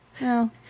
No